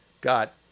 got